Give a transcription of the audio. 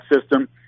system